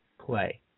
play